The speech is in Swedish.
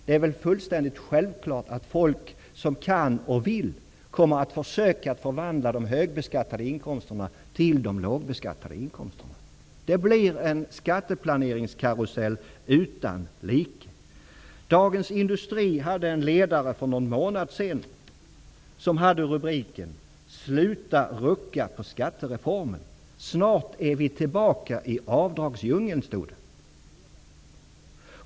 Det är väl fullständigt självklart att människor som kan och vill det kommer att försöka omvandla de högbeskattade inkomsterna till lågbeskattade inkomster. Det blir en skatteplaneringskarusell utan like. Dagens Industri hade en ledare för någon månad sedan med rubriken: ''Sluta rucka på skattereformen -- snart är vi tillbaka i avdragsdjungeln.''